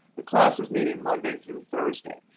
the class is meeting monday through thursday.